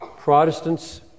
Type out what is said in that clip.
Protestants